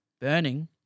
Burning